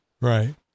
Right